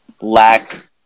lack